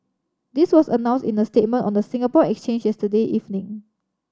this was announced in a statement on the Singapore Exchanges today evening